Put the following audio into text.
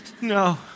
no